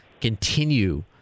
continue